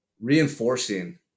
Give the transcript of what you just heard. reinforcing